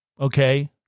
Okay